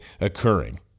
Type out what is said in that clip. occurring